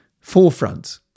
forefront